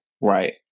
Right